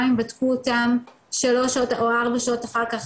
אם בדקו אותן שלוש או ארבע שעות אחר כך,